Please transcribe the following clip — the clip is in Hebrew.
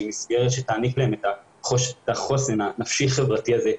מסגרת שתעניק להם את החוסן הנפשי חברתי הזה,